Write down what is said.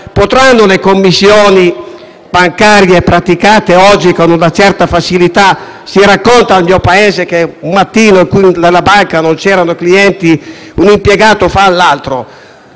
sopportate le commissioni bancarie praticate oggi con una certa facilità? Si racconta al mio Paese che un mattino in cui nella banca non c'erano clienti, un impiegato fece all'altro: